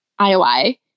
IOI